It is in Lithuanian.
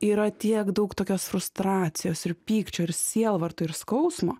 yra tiek daug tokios frustracijos ir pykčio ir sielvarto ir skausmo